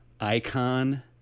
icon